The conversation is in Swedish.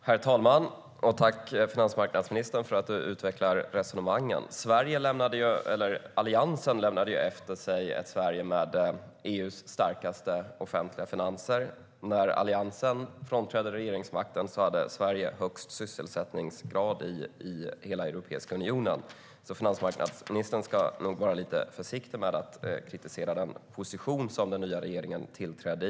Herr talman! Tack, finansmarknadsministern, för att du utvecklar resonemangen! Alliansen lämnade efter sig ett Sverige med EU:s starkaste offentliga finanser. När Alliansen frånträdde regeringsmakten hade Sverige högst sysselsättningsgrad i hela Europeiska unionen. Så finansmarknadsministern ska nog vara lite försiktig med att kritisera den situation som den nya regeringen tog över.